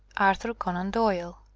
arthur conan doyle.